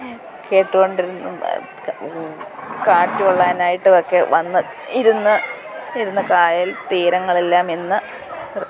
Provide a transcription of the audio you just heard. കേട്ടുകൊണ്ടിര കാറ്റു കൊള്ളാനായിട്ടൊക്കെ വന്ന് ഇരുന്ന് ഇരുന്ന് കായൽ തീരങ്ങളെല്ലാം ഇന്ന്